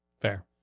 fair